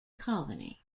colony